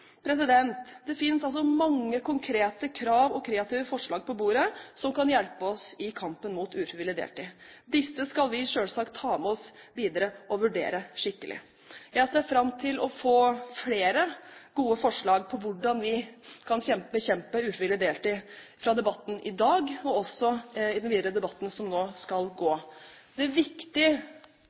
Det finnes altså mange konkrete krav og kreative forslag på bordet som kan hjelpe oss i kampen mot ufrivillig deltid. Disse skal vi selvsagt ta med oss videre og vurdere skikkelig. Jeg ser fram til å få flere gode forslag om hvordan vi kan bekjempe ufrivillig deltid i debatten i dag, og også i den videre debatten som nå skal gå. Det er viktig